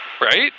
right